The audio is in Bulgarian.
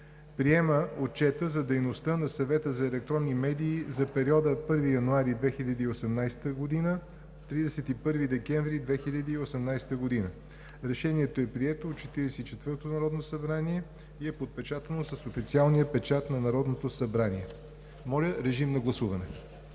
Приема Отчета за дейността на Съвета за електронни медии за периода 1 януари 2018 г. – 31 декември 2018 г. Решението е прието от 44-то Народно събрание и е подпечатано с официалния печат на Народното събрание.“ Моля, режим на гласуване.